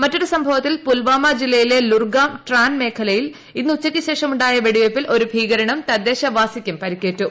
മറ്റൊരു സംഭവത്തിൽ പുൽവാമാ ജില്ലയിലെ ലുർഗാം ട്രാൻ മേഖലയിൽ ഇന്ന് ഉച്ചയ്ക്ക് ശേഷം ഉണ്ടായ വെടിവെയ്പിൽ ഒരു ഭീകരനും തദ്ദേശവാസിയ്ക്കും പരിക്കേറ്റു